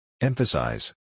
Emphasize